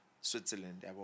Switzerland